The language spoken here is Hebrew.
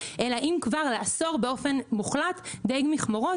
אלא אם כבר לאסור באופן מוחלט דיג מכמורות,